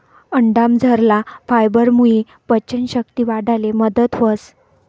अंडामझरला फायबरमुये पचन शक्ती वाढाले मदत व्हस